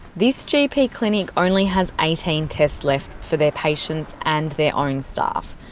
this gp clinic only has eighteen tests left for their patients and their own staff.